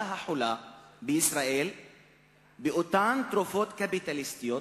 החולה בישראל באותן תרופות קפיטליסטיות,